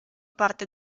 parte